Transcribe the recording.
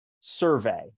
survey